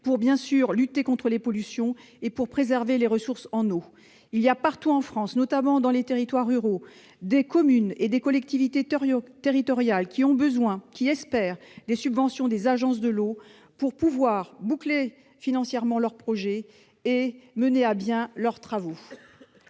pour lutter contre les pollutions et préserver les ressources en eau. Partout en France, notamment dans les territoires ruraux, des communes et des collectivités territoriales ont besoin et espèrent des subventions des agences de l'eau pour pouvoir boucler financièrement leurs projets et mener à bien leurs travaux.